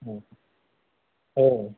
हो हो